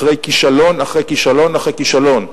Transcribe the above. אחרי כישלון אחרי כישלון אחרי כישלון,